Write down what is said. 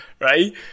Right